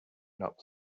not